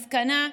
מסקנה: